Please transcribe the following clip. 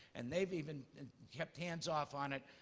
and they've even kept hands off on it.